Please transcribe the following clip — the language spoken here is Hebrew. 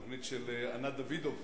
תוכנית של ענת דוידוב,